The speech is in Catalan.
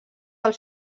del